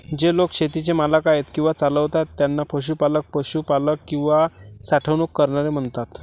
जे लोक शेतीचे मालक आहेत किंवा चालवतात त्यांना पशुपालक, पशुपालक किंवा साठवणूक करणारे म्हणतात